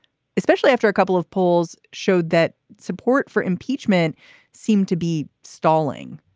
especially after a couple of polls showed that support for impeachment seemed to be stalling.